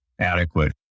adequate